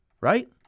Right